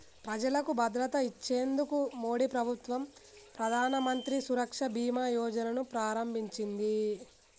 ప్రజలకు భద్రత ఇచ్చేందుకు మోడీ ప్రభుత్వం ప్రధానమంత్రి సురక్ష బీమా యోజన ను ప్రారంభించింది